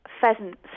pheasants